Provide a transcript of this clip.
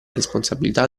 responsabilità